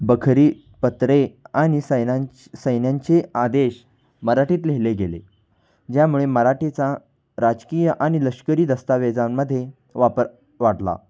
बखरी पत्रे आणि सैनं सैन्यांचे आदेश मराठीत लिहिले गेले ज्यामुळे मराठीचा राजकीय आणि लष्करी दस्तावेजांमध्ये वापर वाढला